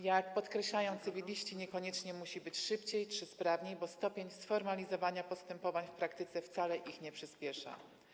Jak podkreślają cywiliści, niekoniecznie musi być szybciej czy sprawniej, bo stopień sformalizowania postępowań w praktyce wcale ich nie przyspiesza.